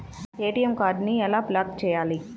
ATM కార్డుని ఎలా block చేయాలి?